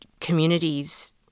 communities